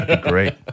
Great